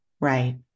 Right